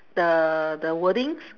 the the wordings